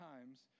times